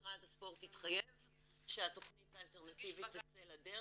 משרד הספורט התחייב שהתכנית האלטרנטיבית תצא לדרך,